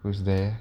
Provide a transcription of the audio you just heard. who's there